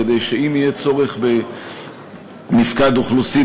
כדי שאם יהיה צורך במפקד אוכלוסין,